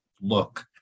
look